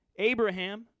Abraham